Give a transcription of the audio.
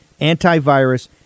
antivirus